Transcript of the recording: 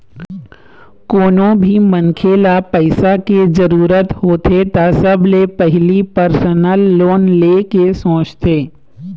कोनो भी मनखे ल पइसा के जरूरत होथे त सबले पहिली परसनल लोन ले के सोचथे